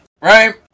right